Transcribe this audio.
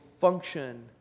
function